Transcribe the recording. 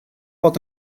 bod